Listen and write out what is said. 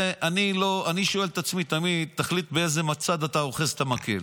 אני שואל את עצמי תמיד באיזה צד אתה אוחז את המקל.